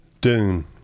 Dune